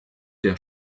der